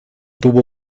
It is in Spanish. tuvo